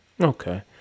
okay